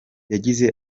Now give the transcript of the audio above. yagize